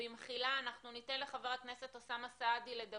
בבקשה, חבר הכנסת אוסאמה סעדי.